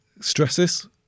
stresses